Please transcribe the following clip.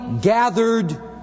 gathered